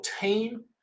team